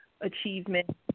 achievement